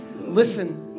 listen